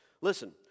listen